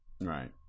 Right